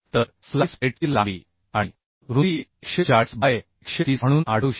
तर स्लाईस प्लेटची लांबी आणि रुंदी 140 बाय 130 म्हणून आढळू शकते